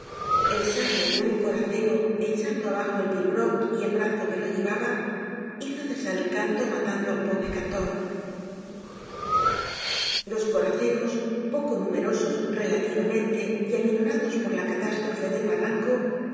el sable de un coracero echando abajo el pibroch y el brazo que lo llevaba hizo cesar el canto matando al pobre cantor los coraceros poco numerosos relativamente y aminorados por la catástrofe del barranco